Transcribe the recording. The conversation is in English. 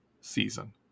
season